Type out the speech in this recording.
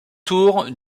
tours